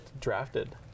drafted